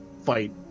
fight